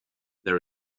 there